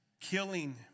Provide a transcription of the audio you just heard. Killing